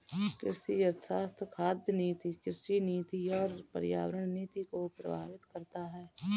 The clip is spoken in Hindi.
कृषि अर्थशास्त्र खाद्य नीति, कृषि नीति और पर्यावरण नीति को प्रभावित करता है